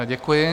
Děkuji.